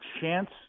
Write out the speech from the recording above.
chance